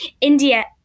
India